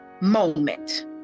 moment